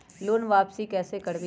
Loan वापसी कैसे करबी?